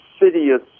insidious